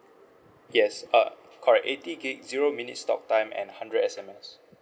yes uh correct eighty gig zero minutes talk time and hundred S_M_S